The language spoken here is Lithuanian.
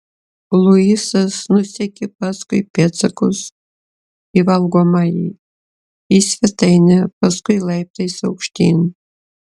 luisas nusekė paskui pėdsakus į valgomąjį į svetainę paskui laiptais aukštyn